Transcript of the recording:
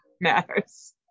matters